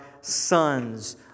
sons